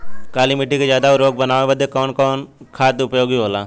काली माटी के ज्यादा उर्वरक बनावे के बदे कवन खाद उपयोगी होला?